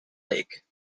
lake